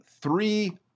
three